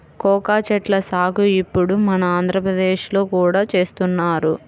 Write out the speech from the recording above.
cocoa చెట్ల సాగు ఇప్పుడు మన ఆంధ్రప్రదేశ్ లో కూడా చేస్తున్నారు